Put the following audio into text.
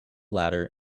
ladder